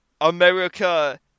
America